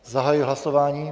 Zahajuji hlasování.